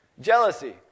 Jealousy